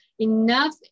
enough